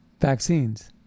vaccines